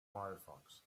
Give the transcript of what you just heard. firefox